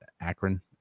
Akron